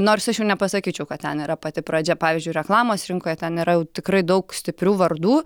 nors aš jau nepasakyčiau kad ten yra pati pradžia pavyzdžiui reklamos rinkoje ten yra jau tikrai daug stiprių vardų